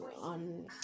on